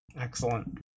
Excellent